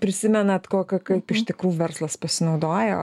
prisimenat ko kaip iš tikrų verslas pasinaudojo